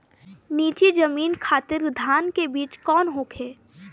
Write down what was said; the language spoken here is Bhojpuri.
नीची जमीन खातिर धान के बीज कौन होखे?